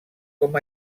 com